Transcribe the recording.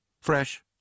fresh